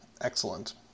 Excellent